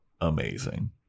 Amazing